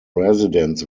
residents